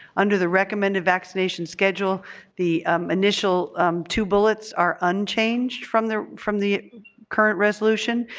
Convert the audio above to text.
under the recommended vaccination schedule the initial two bullets are unchanged from the from the current resolution,